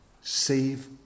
Save